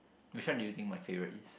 which one do you think my favourite is